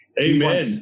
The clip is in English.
Amen